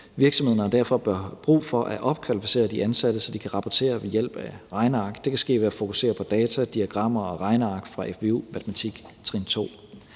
Virksomhederne har derfor brug for at opkvalificere de ansatte, så de kan rapportere ved hjælp af regneark. Det kan ske ved at fokusere på data, diagrammer og regneark fra fvu-matematik, trin 2.